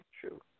true